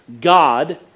God